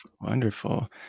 Wonderful